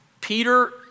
Peter